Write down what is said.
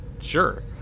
sure